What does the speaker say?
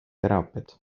teraapiat